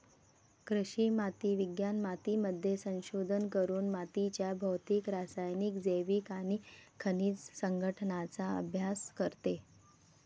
कृषी माती विज्ञान मातीमध्ये संशोधन करून मातीच्या भौतिक, रासायनिक, जैविक आणि खनिज संघटनाचा अभ्यास करते